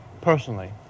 personally